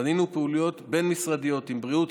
בנינו פעילויות בין-משרדיות עם בריאות,